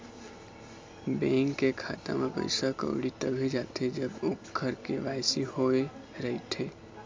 bank के खाता म पइसा कउड़ी तभे जाथे जब ओखर के.वाई.सी होए रहिथे